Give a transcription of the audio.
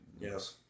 Yes